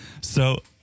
So-